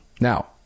Now